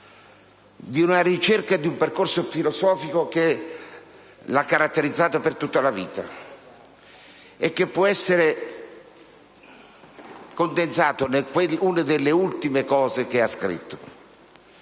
di ripercorrere, di ricerca filosofica, che lo ha caratterizzato per tutta la vita e che può essere condensato in una delle ultime cose che ha scritto: